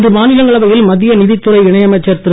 இன்று மாநிலங்களவையில் மத்திய நிதித் துறை இணை அமைச்சர் திரு